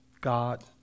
God